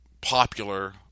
popular